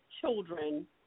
children